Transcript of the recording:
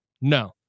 No